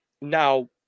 Now